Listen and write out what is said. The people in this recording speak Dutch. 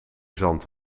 zand